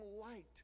light